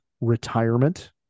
retirement